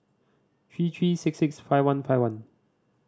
three three six six five one five one